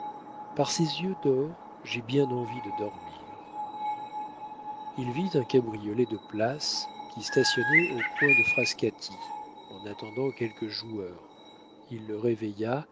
par ses yeux d'or j'ai bien envie de dormir il vit un cabriolet de place qui stationnait au coin de frascati en attendant quelques joueurs il le réveilla